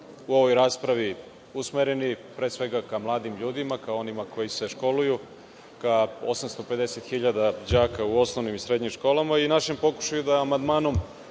u ovoj raspravi usmereni pre svega ka mladim ljudima, ka onima koji se školuju, ka 850.000 đaka u osnovnim i srednjim školama i našem pokušaju da amandmanom